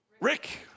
Rick